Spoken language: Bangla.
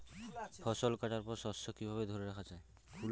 ফসল কাটার পর শস্য কিভাবে ধরে রাখা য়ায়?